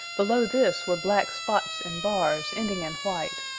below this were black spots and bars ending in white.